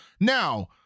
now